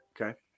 Okay